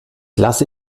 lasse